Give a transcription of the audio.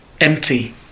empty